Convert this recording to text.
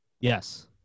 Yes